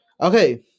Okay